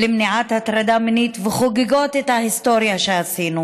למניעת הטרדה מינית וחוגגות את ההיסטוריה שעשינו